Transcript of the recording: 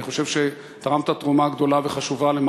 אני חושב שבשנים שכיהנת תרמת תרומה